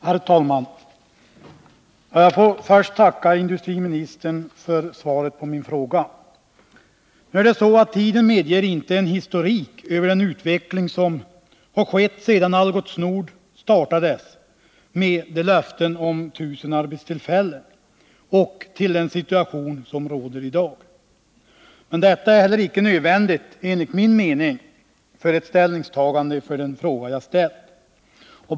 Herr talman! Jag får först tacka industriministern för svaret på min fråga. Tiden medger inte en historik över den utveckling som skett sedan Algots Nord startades med löften om 1 000 arbetstillfällen och till den situation som råder i dag. Men detta är heller inte nödvändigt enligt min mening för ett ställningstagande till frågan.